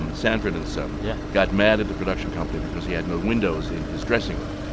and sanford and son, yeah got mad at the production company because he had no windows in his dressing room.